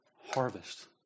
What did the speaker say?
harvest